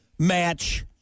Match